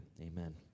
Amen